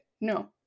no